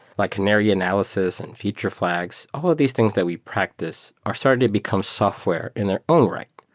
like canary analysis and feature fl ags. all of these things that we practice are starting to become software in their own right.